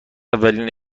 اولین